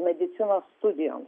medicinos studijoms